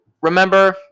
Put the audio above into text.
remember